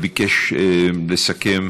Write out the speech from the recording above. ביקש לסכם